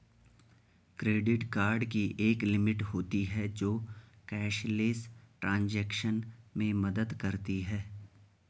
credit card की एक limit होती है जो कैशलेस ट्रांज़ैक्शन में मदद करती है